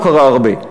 לא קרה הרבה.